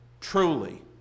truly